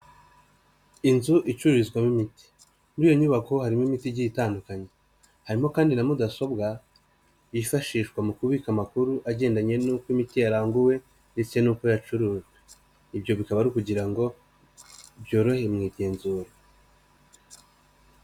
Inzu icururizwamo imiti; muri iyo nyubako harimo imiti igiye itandukanye, harimo kandi na mudasobwa yifashishwa mu kubika amakuru agendanye n'uko imiti yaranguwe; ndetse n'uko yacurujwe, ibyo bikaba ari ukugira ngo byorohe mu igenzura.